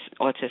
autism